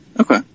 Okay